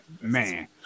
Man